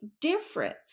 difference